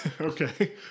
Okay